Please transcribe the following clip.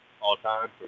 All-time